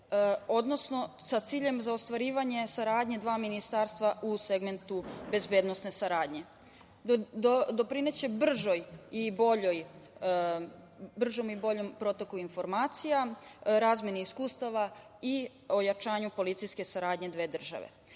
odnosno sa ciljem ostvarivanja saradnje dva ministarstva u segmentu bezbednosne saradnje, doprineće bržem i boljem protoku informacija, razmeni iskustava i ojačanju policijske saradnje dve